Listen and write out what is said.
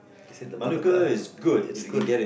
they said the Manuka is good